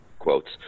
quotes